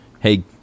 Hey